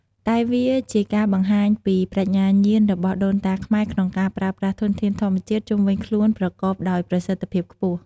តែវាជាការបង្ហាញពីប្រាជ្ញាញាណរបស់ដូនតាខ្មែរក្នុងការប្រើប្រាស់ធនធានធម្មជាតិជុំវិញខ្លួនប្រកបដោយប្រសិទ្ធភាពខ្ពស់។